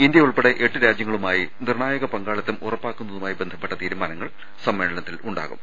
India ഉൾപ്പെടെ എട്ട് രാജ്യങ്ങളുമായി നിർണ്ണായക പങ്കാളിത്തം ഉറപ്പാക്കുന്നതുമായി ബന്ധപ്പെട്ട തീരുമാന ങ്ങൾ സമ്മേളനത്തിൽ ഉണ്ടാകും